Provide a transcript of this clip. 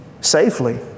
safely